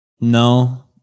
no